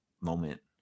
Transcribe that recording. moment